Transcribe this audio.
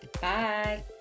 bye